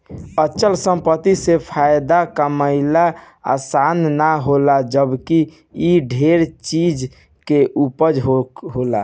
अचल संपत्ति से फायदा कमाइल आसान ना होला जबकि इ ढेरे चीज के ऊपर होला